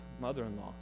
mother-in-law